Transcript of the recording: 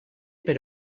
per